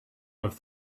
have